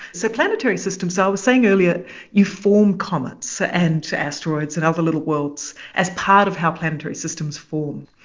so planetary systems i was saying earlier you form comets and asteroids and other little worlds as part of how planetary systems form.